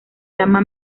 llama